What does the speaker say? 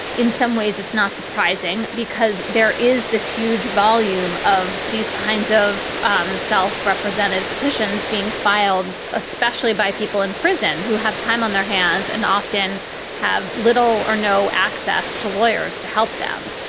in some ways, it's not surprising because there is this huge volume of these kinds of um self-represented petitions being filed, especially by people in prison who have time on their hands and often have little or no access to lawyers to help them.